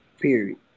Period